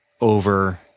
over